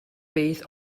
beth